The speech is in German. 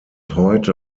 heute